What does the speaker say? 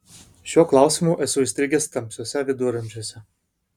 šiuo klausimu esu įstrigęs tamsiuose viduramžiuose